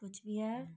Cooch Behar